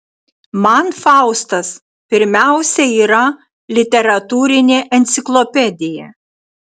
man faustas pirmiausia yra literatūrinė enciklopedija